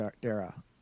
Dara